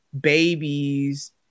babies